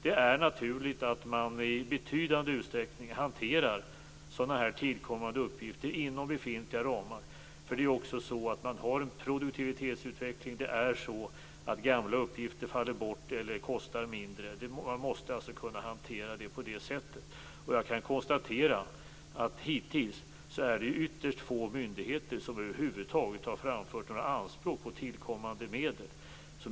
Det är naturligt att man i betydande utsträckning hanterar sådana här tillkommande uppgifter inom befintliga ramar. Man har ju också en produktivitetsutveckling, och gamla uppgifter faller bort eller kostar mindre. Detta måste kunna hanteras på det sättet. Jag kan konstatera att det hittills är ytterst få myndigheter som över huvud taget har framfört några anspråk på tillkommande medel.